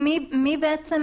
בעצם,